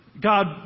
God